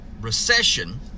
recession